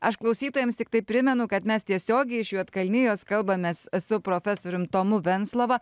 aš klausytojams tiktai primenu kad mes tiesiogiai iš juodkalnijos kalbamės su profesorium tomu venclova